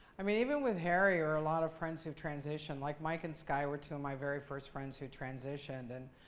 i mean, even with harry or a lot of friends who've transitioned. like, mike and sky were two of my very first friends who transitioned. and